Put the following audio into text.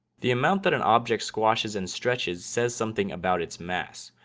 the amount that an object squashes and stretches says something about its mass.